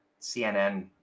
CNN